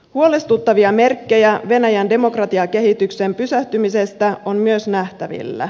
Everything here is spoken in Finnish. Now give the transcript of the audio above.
huolestuttavia merkkejä venäjän demokratiakehityksen pysähtymisestä on myös nähtävillä